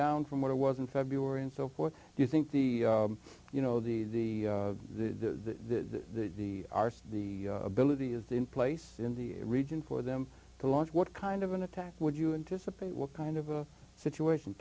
down from what it was in february and so forth do you think the you know the the the the arch the ability is in place in the region for them to launch what kind of an attack would you anticipate what kind of a situation